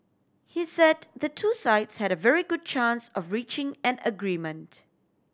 he said the two sides had a very good chance of reaching an agreement